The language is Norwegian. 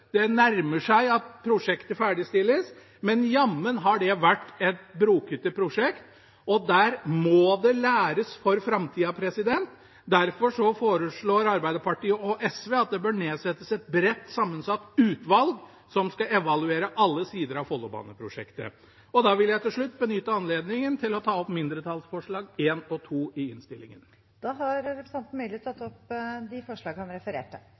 Det nærmer seg at prosjektet ferdigstilles, men jammen har det vært et brokete prosjekt, og der må det læres for framtida. Derfor foreslår Arbeiderpartiet og SV at det nedsettes et bredt sammensatt utvalg som skal evaluere alle sider av Follobaneprosjektet. Til slutt vil jeg benytte anledningen til å ta opp mindretallsforslagene nr. 1 og 2 i innstillingen. Representanten Sverre Myrli har tatt opp de forslagene han refererte